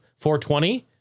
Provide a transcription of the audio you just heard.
420